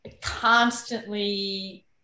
constantly